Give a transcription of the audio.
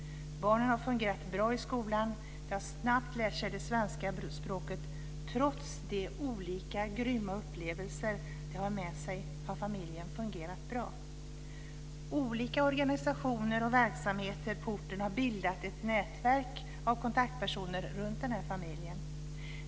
Barnen har fungerat bra i skolan, och de har snabbt lärt sig svenska språket. Trots de olika grymma upplevelser de har med sig har familjen fungerat bra. Olika organisationer och verksamheter på orten har bildat ett nätverk av kontaktpersoner runt den här familjen.